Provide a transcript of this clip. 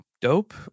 Dope